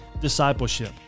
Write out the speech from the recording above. discipleship